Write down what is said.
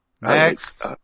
Next